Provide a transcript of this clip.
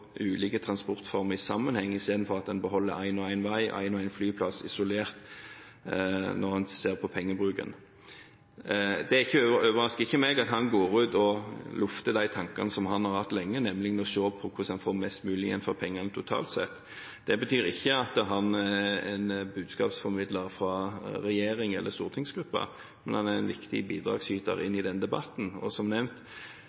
beholder én og én vei og én og én flyplass isolert når en ser på pengebruken. Det overrasker ikke meg at han lufter de tankene han har hatt lenge, nemlig om å se på hvordan en får mest mulig igjen for pengene totalt sett. Det betyr ikke at han er en budskapsformidler fra regjeringen eller fra stortingsgruppen, men han er en viktig bidragsyter i den debatten. Som nevnt